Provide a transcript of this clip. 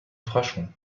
frachon